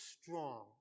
strong